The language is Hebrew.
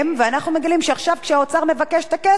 ואנחנו מגלים שעכשיו, כשהאוצר מבקש את הכסף,